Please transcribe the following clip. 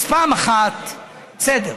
אז פעם אחת, בסדר.